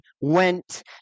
went